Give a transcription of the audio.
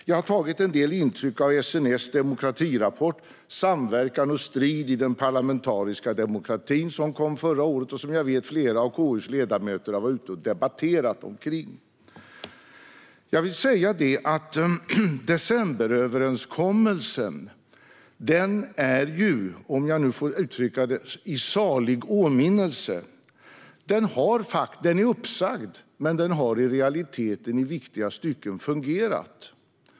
Jag har tagit en del intryck av SNS demokratirapport Samverkan och strid i den parlamentariska demokratin , som kom förra året och som jag vet att flera av KU:s ledamöter har varit ute och debatterat omkring. Jag vill säga att decemberöverenskommelsen är i salig åminnelse, om jag får uttrycka det så. Den är uppsagd, men den har i realiteten fungerat i viktiga stycken.